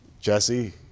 Jesse